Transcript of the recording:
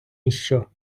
ніщо